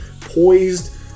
Poised